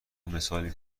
مثالی